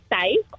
safe